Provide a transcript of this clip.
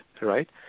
right